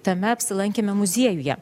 tame apsilankėme muziejuje